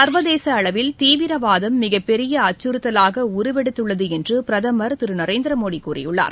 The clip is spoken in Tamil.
சர்வதேச அளவில் தீவிரவாதம் மிகப்பெரிய அச்சுறுத்தலாக உருவெடுத்துள்ளது என்று பிரதமர் திரு நரேந்திரமோடி கூறியுள்ளார்